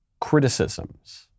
criticisms